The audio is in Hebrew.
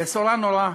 בשורה נוראה,